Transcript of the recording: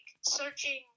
searching